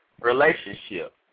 Relationship